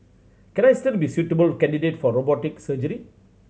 can I still be suitable candidate for robotic surgery